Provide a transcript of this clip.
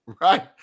Right